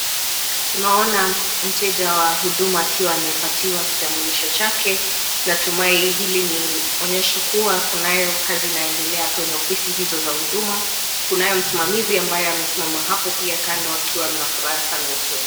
Tunaona mteja wa huduma akiwa amepatiwa kitambulisho chake natumai hili ni onyesho kuwa kunayo kazi inaendelea kwenye ofisi hizo za huduma. Kunayo msimamizi ambaye amesimama hapo pia kando akiwa na furaha sana usoni.